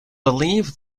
believe